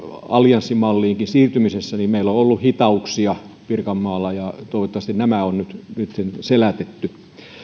allianssimalliin siirtymisessä meillä on ollut hitauksia pirkanmaalla ja toivottavasti nämä on nyt sitten selätetty